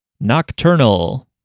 Nocturnal